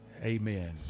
Amen